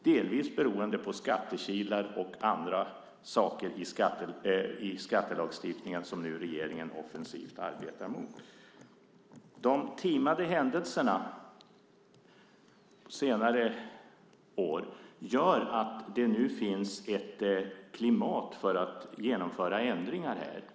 Delvis berodde det på skattekilar och andra saker i skattelagstiftningen som nu regeringen offensivt arbetar mot. De händelserna som timat på senare år gör att det nu finns ett klimat för att genomföra ändringar.